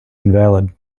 invalid